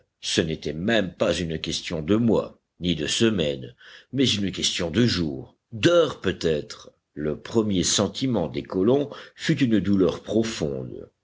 ce n'était même pas une question de mois ni de semaines mais une question de jours d'heures peut-être le premier sentiment des colons fut une douleur profonde